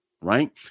right